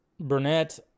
burnett